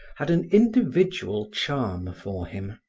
had an individual charm for him.